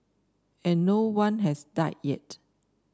and no one has died yet